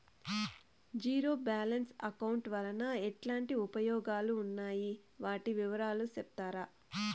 Zero balance account వలన ఎట్లాంటి ఉపయోగాలు ఉన్నాయి? వాటి వివరాలు సెప్తారా?